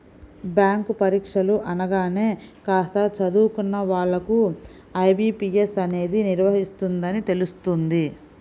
bank పరీక్షలు అనగానే కాస్త చదువుకున్న వాళ్ళకు ఐ.బీ.పీ.ఎస్ అనేది నిర్వహిస్తుందని తెలుస్తుంది